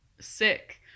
sick